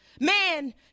Man